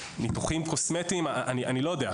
ניתוחים קוסמטיים אני לא יודע.